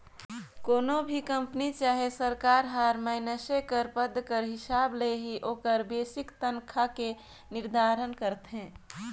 कोनो भी कंपनी चहे सरकार हर मइनसे कर पद कर हिसाब ले ही ओकर बेसिक तनखा के निरधारन करथे